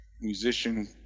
musician